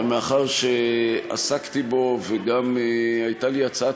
אבל מאחר שעסקתי בו וגם הייתה לי הצעת